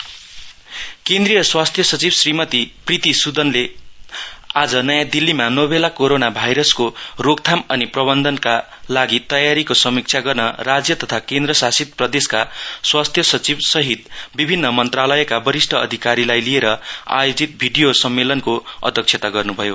corona virus केन्द्रीय स्वास्थ्य सचिव श्रीमती प्रिति सुदनले आज नयाँ दिल्लीमा नोभेल कोरोना भाइसरको रोकथाम अनि प्रबन्धनका लागि तयारीको समिक्षा गर्न राज्य तथा केन्द्रशासित प्रदेशका स्वास्थ्य सचिव सहित विभिन्न मन्त्रालयका वरिष्ठ अधिकारीलाई लिएर आयोजित भीडियो सम्मेलनको अध्यक्षता गर्नुभयो